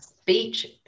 Speech